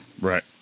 Right